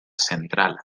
central